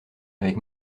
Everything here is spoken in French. avec